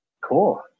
cool